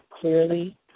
clearly